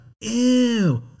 ew